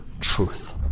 truth